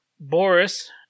Boris